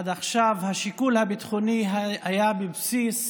עד עכשיו השיקול הביטחוני היה בבסיס